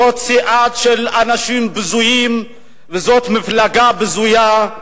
זאת סיעה של אנשים בזויים וזאת מפלגה בזויה,